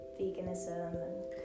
veganism